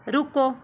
ਰੁਕੋ